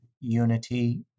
unity